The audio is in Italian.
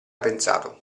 pensato